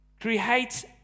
creates